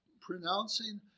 pronouncing